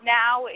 now